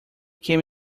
came